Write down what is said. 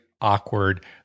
awkward